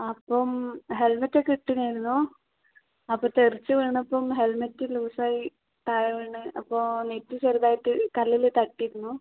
അപ്പം ഹെൽമെറ്റ് ഒക്കെ ഇട്ടിന് ആയിരുന്നു അപ്പം തെറിച്ച് വീണപ്പം ഹെൽമെറ്റ് ലൂസ് ആയി താഴെ വീണ് അപ്പം നെറ്റി ചെറുതായിട്ട് കല്ലിൽ തട്ടി ഇരുന്നു